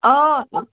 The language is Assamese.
অঁ